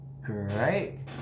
Great